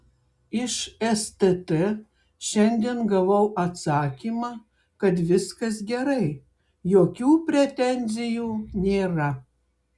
iš stt šiandien gavau atsakymą kad viskas gerai jokių pretenzijų nėra